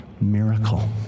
miracle